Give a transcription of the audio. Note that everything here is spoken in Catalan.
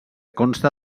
consta